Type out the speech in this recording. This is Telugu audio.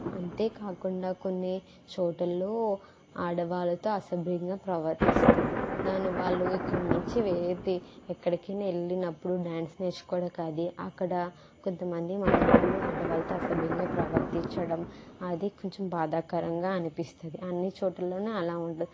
అంతేకాకుండా కొన్ని చోట్లల్లో ఆడవాళ్ళతో అసభ్యంగా ప్రవర్తిస్తారు దాన్ని వాళ్ళు ఇక్కడ్నుంచి ఎక్కడికైనా వెళ్ళినప్పుడు డ్యాన్స్ నేర్చుకోడానికి అది అక్కడ కొంతమంది మగవాళ్ళు ఆడవాళ్ళతో అసభ్యంగా ప్రవర్తించడం అది కొంచెం బాధాకరంగా అనిపిస్తుంది అన్ని చోటుల్లోను అలా ఉండదు